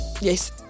Yes